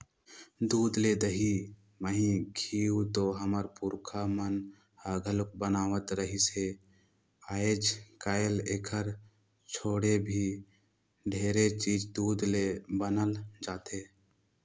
दूद ले दही, मही, घींव तो हमर पूरखा मन ह घलोक बनावत रिहिस हे, आयज कायल एखर छोड़े भी ढेरे चीज दूद ले बनाल जाथे